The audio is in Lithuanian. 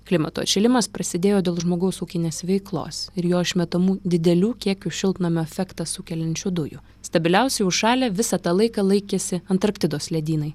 klimato atšilimas prasidėjo dėl žmogaus ūkinės veiklos ir jo išmetamų didelių kiekių šiltnamio efektą sukeliančių dujų stabiliausiai užšalę visą tą laiką laikėsi antarktidos ledynai